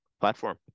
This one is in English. platform